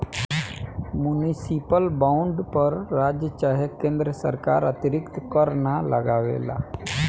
municipal bond पर राज्य चाहे केन्द्र सरकार अतिरिक्त कर ना लगावेला